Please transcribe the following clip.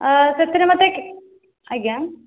ସେଥିରେ ମୋତେ ଆଜ୍ଞା